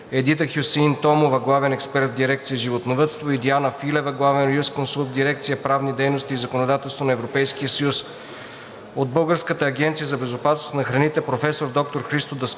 Едита Хюсеин-Томова – главен експерт в дирекция „Животновъдство“, и Диана Филева – главен юрисконсулт в дирекция „Правни дейности и законодателство на Европейския съюз“; от Българската агенция за безопасност на храните – професор доктор Христо Даскалов